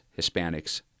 Hispanics